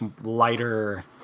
lighter